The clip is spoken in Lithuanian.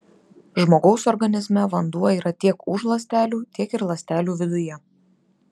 žmogaus organizme vanduo yra tiek už ląstelių tiek ir ląstelių viduje